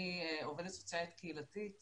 אני עובדת סוציאלית קהילתית